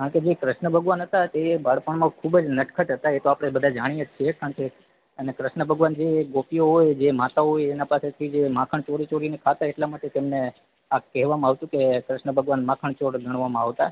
કારણ કે જે કૃષ્ણ ભગવાન હતા જે બાળપણમાં ખૂબ જ નટખટ હતા એ તો આપણે બધા જાણીએ જ છીએ કારણ કે અને કૃષ્ણ ભગવાન છે એ ગોપીઓ હોય જે માતાઓ હોય એના પાસેથી જે માખણ ચોરી ચોરીને ખાતા એટલા માટે તેમને આ કહેવામાં આવતું કે કૃષ્ણ ભગવાન માખણ ચોર ગણવામા આવતા